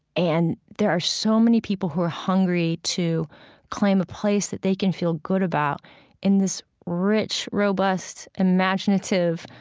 and there are so many people who are hungry to claim a place that they can feel good about in this rich, robust, imaginative,